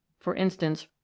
for instance,